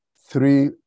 Three